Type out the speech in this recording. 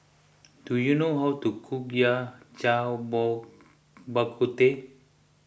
do you know how to cook Yao Cai Bak Kut Teh